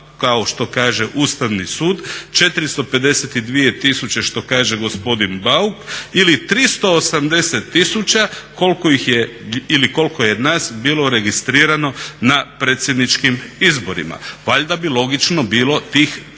kao što kaže Ustavni sud, 452 000 što kaže gospodin Bauk ili 380 000 koliko je nas bilo registrirano na predsjedničkim izborima. Valjda bi logično bilo tih 380 000.